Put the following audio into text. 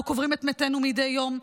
אנחנו קוברים את מתינו מדי יום.